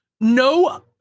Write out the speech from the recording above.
no